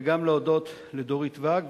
וגם להודות לדורית ואג,